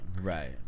right